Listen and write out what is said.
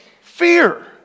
Fear